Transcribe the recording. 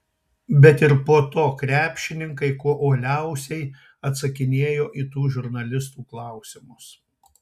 bet ir po to krepšininkai kuo uoliausiai atsakinėjo į tų žurnalistų klausimus